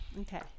Okay